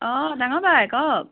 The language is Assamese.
অঁ ডাঙৰ বাই কওক